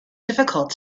difficult